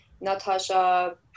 Natasha